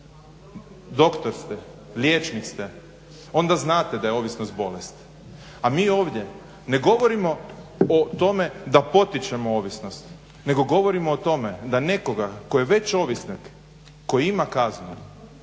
doktor ste, liječnik ste, onda znate da je ovisnost bolest, a mi ovdje ne govorimo o tome da potičemo ovisnost, nego govorimo o tome da nekoga tko je već ovisnik, koji ima kaznu